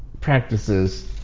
practices